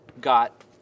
got